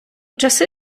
часи